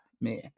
Man